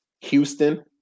Houston